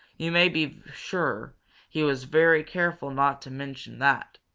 you may be sure he was very careful not to mention that.